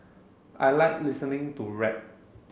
I like listening to rap